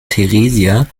theresia